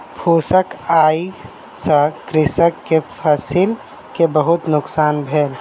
फूसक आइग से कृषक के फसिल के बहुत नुकसान भेल